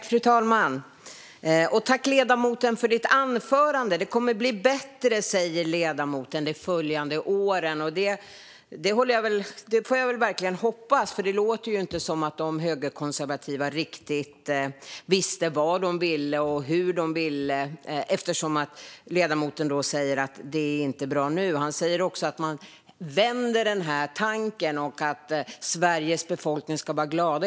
Fru talman! Jag tackar ledamoten för anförandet. Det kommer att bli bättre kommande år, säger han. Det hoppas jag verkligen, för det låter som att de högerkonservativa inte riktigt visste vad de ville eftersom han säger att det inte är bra nu. Han säger också att man nu vänder tankern och att Sverige befolkning ska vara glad.